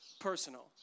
personal